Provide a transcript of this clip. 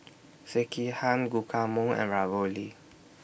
Sekihan Guacamole and Ravioli